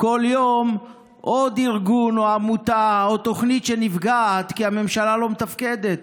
כל יום עוד ארגון או עמותה או תוכנית שנפגעים כי הממשלה לא מתפקדת.